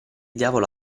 diavolo